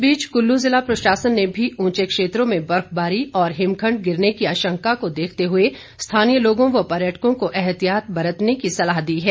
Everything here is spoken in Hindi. इस बीच कुल्लू जिला प्रशासन ने भी ऊंचे क्षेत्रों में बर्फबारी और हिमखंड गिरने की आशंका को देखते हुए स्थानीय लोगों और पर्यटकों को एहतिायत बरतने की सलाह दी है